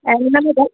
ऐं उन में त